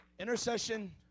Intercession